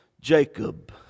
Jacob